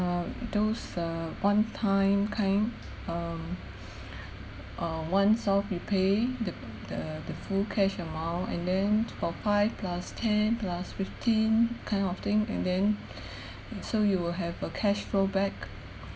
uh those uh one-time kind um uh once off you pay the the the full cash amount and then four plus ten plus fifteen kind of thing and then and so you will have a cash-flow back